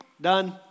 Done